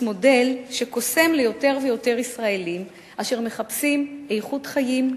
מודל שקוסם ליותר ויותר ישראלים אשר מחפשים איכות חיים,